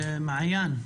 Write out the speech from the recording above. מעיין,